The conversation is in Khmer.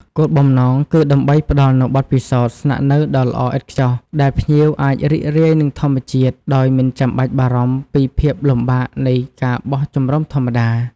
គោលបំណងគឺដើម្បីផ្តល់នូវបទពិសោធន៍ស្នាក់នៅដ៏ល្អឥតខ្ចោះ ដែលភ្ញៀវអាចរីករាយនឹងធម្មជាតិដោយមិនចាំបាច់បារម្ភពីភាពលំបាកនៃការបោះជំរុំធម្មតា។